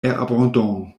abondant